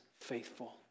faithful